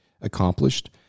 accomplished